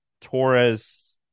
Torres